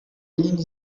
being